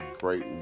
great